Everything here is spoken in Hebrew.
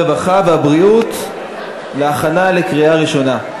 הרווחה והבריאות להכנה לקריאה ראשונה.